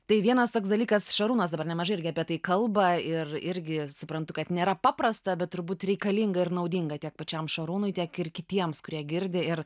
tai vienas toks dalykas šarūnas dabar nemažai irgi apie tai kalba ir irgi suprantu kad nėra paprasta bet turbūt reikalinga ir naudinga tiek pačiam šarūnui tiek ir kitiems kurie girdi ir